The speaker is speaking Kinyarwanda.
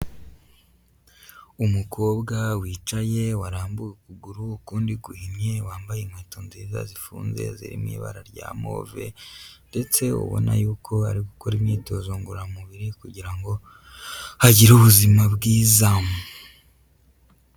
Umukobwa wicaye warambuye ukuguru, ukundi guhinnye, wambaye inkweto nziza zifunze, ziri mu ibara rya move, ndetse ubona yuko ari gukora imyitozo ngororamubiri, kugira ngo agire ubuzima bwiza.